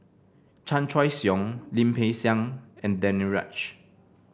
Chan Choy Siong Lim Peng Siang and Danaraj